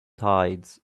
tides